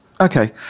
Okay